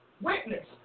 witness